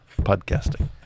podcasting